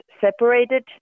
separated